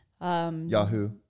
Yahoo